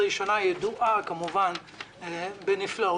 2017 היא שנה ידועה כמובן בנפלאותיה,